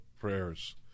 prayers